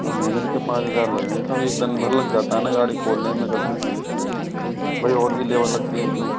हाँ मेहनत के पाँच हज़ार लगेंगे सब एक दिन भर लग जाता है ना गाड़ी खोलने में कसने में भाई और भी लेबर लगती है उस में